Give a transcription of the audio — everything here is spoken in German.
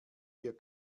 hier